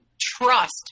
trust